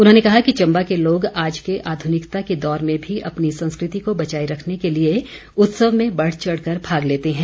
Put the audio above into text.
उन्होंने कहा कि चम्बा के लोग आज के आध्निकता के दौर में भी अपनी संस्कृति को बचाए रखने के लिए उत्सव में बढ़चढ़ कर भाग लेते हैं